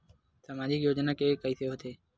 सामाजिक योजना के कइसे होथे?